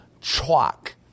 chalk